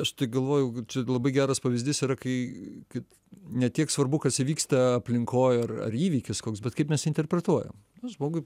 aš galvojau kad čia labai geras pavyzdys yra kai kad ne tiek svarbu kas įvyksta aplinkoj ar ar įvykis koks bet kaip mes interpretuojam nu žmogui